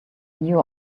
new